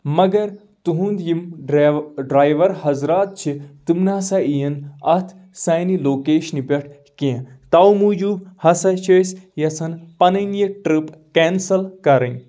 مگر تُہنٛد یِم ڈرایو ڈرایور حضرات چھِ تِم نہ سا یِیِن اتھ سانہِ لوکیشنہِ پٮ۪ٹھ کینٛہہ تو موجوٗب ہسا چھِ أسۍ یژھان پنٕنۍ یہِ ٹرپ کینسل کرٕنۍ